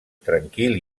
tranquil